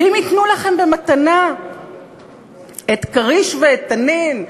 ואם ייתנו לכם במתנה את "כריש" ואת "תנין",